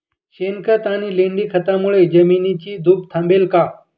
शेणखत आणि लेंडी खतांमुळे जमिनीची धूप थांबेल का?